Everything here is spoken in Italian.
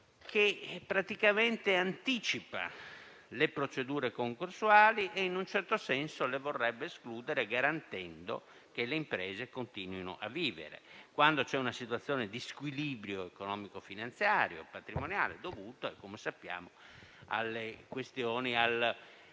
che praticamente anticipa le procedure concorsuali e, in un certo senso, le vorrebbe escludere, garantendo che le imprese continuino a vivere quando c'è una situazione di squilibrio economico, finanziario, patrimoniale, dovuta, come sappiamo, allo straordinario